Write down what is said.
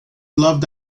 loved